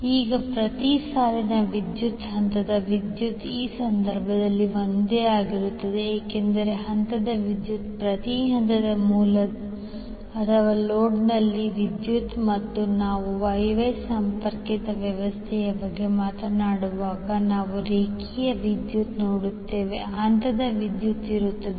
ಈಗ ಪ್ರತಿ ಸಾಲಿನಲ್ಲಿ ವಿದ್ಯುತ್ ಹಂತದ ವಿದ್ಯುತ್ ಈ ಸಂದರ್ಭದಲ್ಲಿ ಒಂದೇ ಆಗಿರುತ್ತದೆ ಏಕೆಂದರೆ ಹಂತದ ವಿದ್ಯುತ್ ಪ್ರತಿ ಹಂತದ ಮೂಲ ಅಥವಾ ಲೋಡ್ನಲ್ಲಿನ ವಿದ್ಯುತ್ ಮತ್ತು ನಾವು Y Y ಸಂಪರ್ಕಿತ ವ್ಯವಸ್ಥೆಯ ಬಗ್ಗೆ ಮಾತನಾಡುವಾಗ ನಾವು ರೇಖೆಯ ವಿದ್ಯುತ್ ನೋಡುತ್ತೇವೆ ಹಂತದ ವಿದ್ಯುತ್ ಇರುತ್ತದೆ